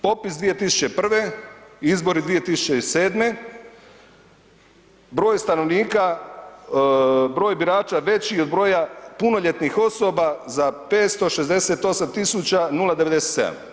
Popis 2001. izbori 2007. broj stanovnika, broj birača veći od broja punoljetnih osoba za 568.097.